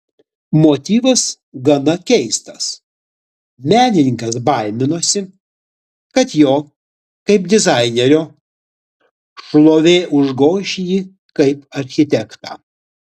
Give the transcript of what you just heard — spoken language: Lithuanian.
motyvas gana keistas menininkas baiminosi kad jo kaip dizainerio šlovė užgoš jį kaip architektą